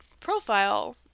profile